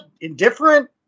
indifferent